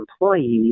employees